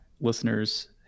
listeners